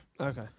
Okay